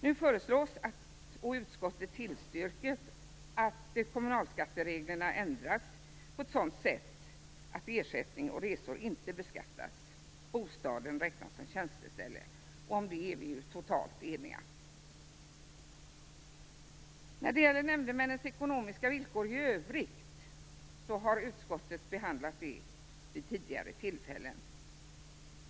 Nu föreslås, och utskottet tillstyrker, att kommunalskattereglerna nu ändras på ett sådant sätt att ersättning för resor inte beskattas. Bostaden skall räknas som tjänsteställe. Om detta är vi totalt eniga. Nämndemännens ekonomiska villkor i övrigt har utskottet behandlat vid tidigare tillfällen.